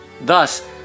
Thus